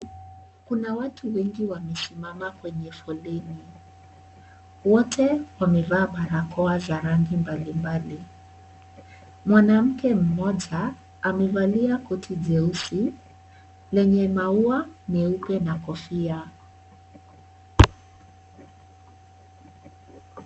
Kuna watu wengi wamesimama kwenye foleni. Wote wamevaa barakoa za rangi mbalimbali. Mwanamke mmoja amevalia koti jeusi lenye maua meupe na kofia.